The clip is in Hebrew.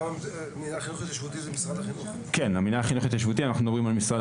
המינהל לחינוך התיישבותי אנחנו מדברים על משרד